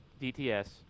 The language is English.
DTS